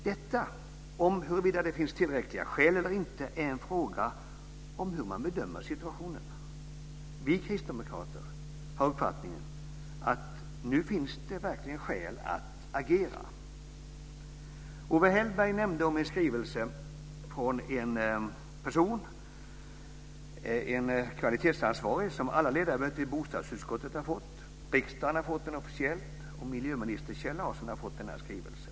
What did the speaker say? Detta, huruvida det finns tillräckliga skäl eller inte, är en fråga om hur man bedömer situationen. Vi kristdemokrater har uppfattningen att det nu verkligen finns skäl att agera. Owe Hellberg nämnde en skrivelse från en person, en kvalitetsansvarig, som alla ledamöter i bostadsutskottet har fått. Riksdagen har fått den officiellt, och även miljöminister Kjell Larsson har fått denna skrivelse.